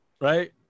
right